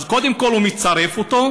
אז קודם כול הוא מצרף אותו,